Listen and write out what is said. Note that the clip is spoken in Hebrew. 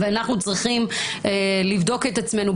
אנחנו צריכים לבדוק את עצמנו,